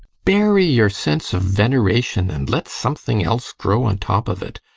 bury your sense of veneration and let something else grow on top of it.